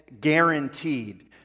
guaranteed